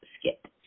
skip